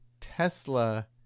Tesla